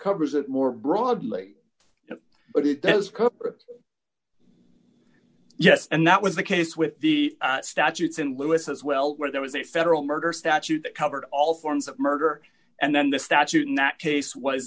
covers it more broadly but it does yes and that was the case with the statutes in lewis as well where there was a federal murder statute that covered all forms of murder and then the statute in that case was